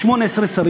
18 שרים,